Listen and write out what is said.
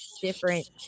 different